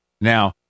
Now